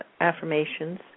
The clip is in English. affirmations